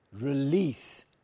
release